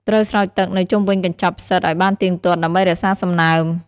ត្រូវស្រោចទឹកនៅជុំវិញកញ្ចប់ផ្សិតឲ្យបានទៀងទាត់ ដើម្បីរក្សាសំណើម។